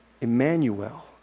Emmanuel